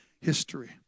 history